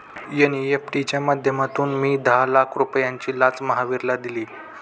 NEFT च्या माध्यमातून मी दहा लाख रुपयांची लाच महावीरला दिली